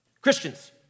Christians